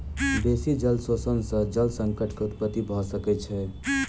बेसी जल शोषण सॅ जल संकट के उत्पत्ति भ सकै छै